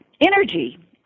energy